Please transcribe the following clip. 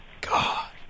God